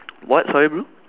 what sorry bro